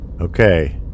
Okay